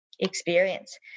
experience